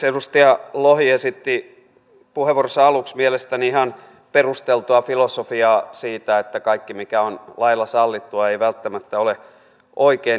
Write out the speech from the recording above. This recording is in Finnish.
edustaja lohi esitti puheenvuoronsa aluksi mielestäni ihan perusteltua filosofiaa siitä että kaikki mikä on lailla sallittua ei välttämättä ole oikein ja niin edelleen